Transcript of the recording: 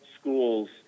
schools